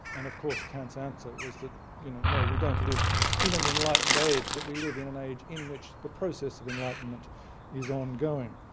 and of course kant's answer was that you know no, we don't live in an enlightened age, but we live in an age in which the process of enlightenment is ongoing.